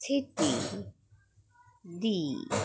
स्थिति दी